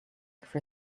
for